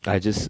I just